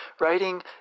Writing